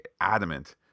adamant